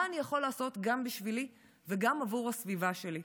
מה אני יכול לעשות גם בשבילי וגם עבור הסביבה שלי?